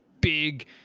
big